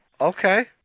Okay